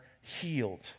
healed